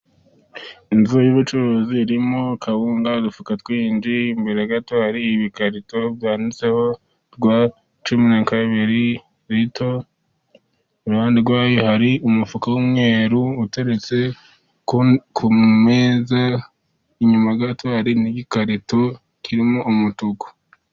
Inzu y'ubucuruzi irimo kawunga, udufuka twinshi imbere gato hari ibikarito, byanditseho rwa cumi na kabiri rito . Iruhande rwayo hari umufuka w'umweru uteretse ku meza inyuma gato hari igikarito kirimo umutuku.